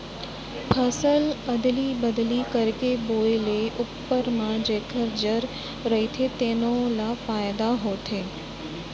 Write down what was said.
फसल अदली बदली करके बोए ले उप्पर म जेखर जर रहिथे तेनो ल फायदा होथे